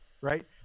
right